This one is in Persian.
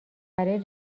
برای